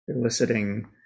eliciting